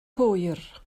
hwyr